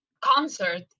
concert